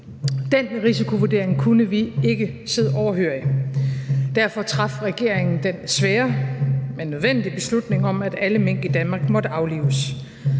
Den risikovurdering kunne vi ikke sidde overhørig. Derfor traf regeringen den svære, men nødvendige beslutning om, at alle mink i Danmark måtte aflives.